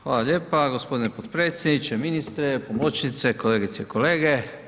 Hvala lijepa g. potpredsjedniče, ministre, pomoćnice, kolegice i kolege.